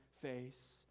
face